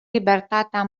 libertatea